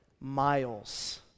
miles